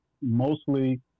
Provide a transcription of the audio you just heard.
mostly